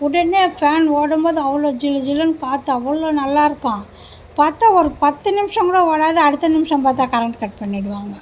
உடனே ஃபேன் ஓடும்போது அவ்வளோ ஜிலுஜிலுன்னு காத்து அவ்வளோ நல்லாயிருக்கும் பார்த்தா ஒரு பத்து நிமிஷம் கூட வராது அடுத்த நிமிஷம் பார்த்தா கரண்ட் கட் பண்ணிடுவாங்க